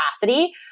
capacity